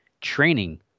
training